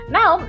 Now